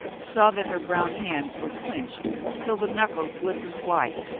saw that her brown hands were clenched till the knuckles glistened white.